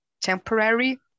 temporary